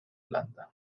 planta